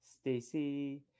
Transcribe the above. stacy